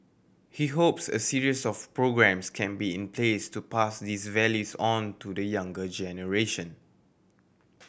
he hopes a series of programmes can be in place to pass these values on to the younger generation